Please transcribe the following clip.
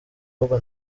ahubwo